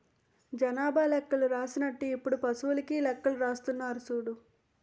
జనాభా లెక్కలు రాసినట్టు ఇప్పుడు పశువులకీ లెక్కలు రాస్తున్నారు సూడు